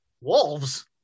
Wolves